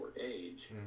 age